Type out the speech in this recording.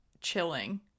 chilling